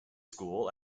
school